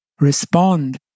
respond